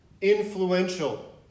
influential